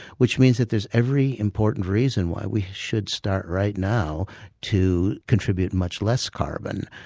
which means that there's every important reason why we should start right now to contribute much less carbon.